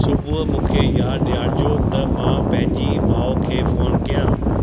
सुबुह मूंखे यादि ॾियारिजो त मां पंहिंजी माउ खे फ़ोन कयां